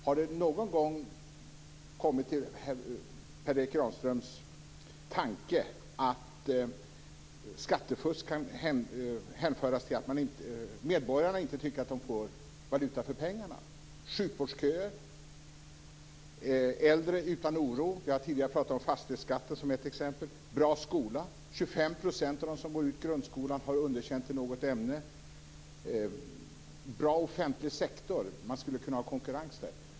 Har det någon gång kommit in i Per Erik Granströms tanke att skattefusk kan hänföras till att medborgarna inte tycker att de får valuta för pengarna? Det gäller sjukvårdsköer. Det gäller äldre utan oro - vi har tidigare pratat om fastighetsskatten som ett exempel. Det gäller en bra skola - 25 % av dem som går ut grundskolan har underkänt i något ämne. Det gäller en bra offentlig sektor - man skulle kunna ha konkurrens där.